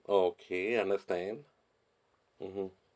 okay understand mmhmm